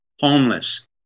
homeless